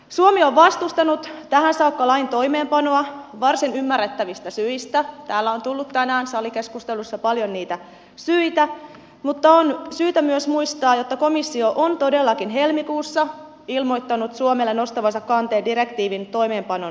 suomi on vastustanut tähän saakka lain toimeenpanoa varsin ymmärrettävistä syistä täällä on tullut tänään salikeskustelussa paljon niitä syitä mutta on syytä myös muistaa että komissio on todellakin helmikuussa ilmoittanut suomelle nostavansa kanteen direktiivin toimeenpanon laiminlyömisestä